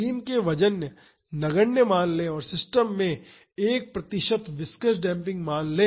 beam के वजन नगण्य मान ले और सिस्टम में 1 प्रतिशत विसकस डेम्पिंग मान लें